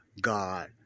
God